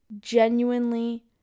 genuinely